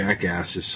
jackasses